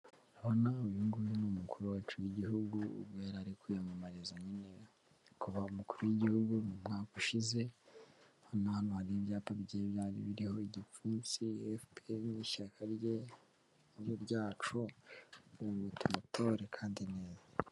Hano uyuyunguyu ni umukuru wacu w'igihugu ubwo yarire kwiyamamariza nyine kuba umukuru w'igihugu umwaka ushize hano hari ibyapa bye byari biriho igipfunsi yesuf n'ishyaka rye ariryo ryacu muterato kandi neza.